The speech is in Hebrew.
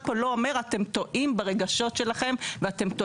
אני רואה ששר הבינוי והשיכון נוכח כאן בדיון.